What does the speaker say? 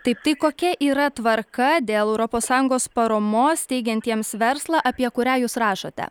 taip tai kokia yra tvarka dėl europos sąjungos paramos steigiantiems verslą apie kurią jūs rašote